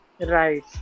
Right